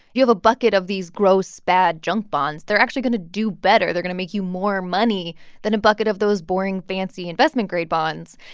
you have a bucket of these gross, bad junk bonds. they're actually going to do better. they're going to make you more money than a bucket of those boring, fancy investment-grade bonds.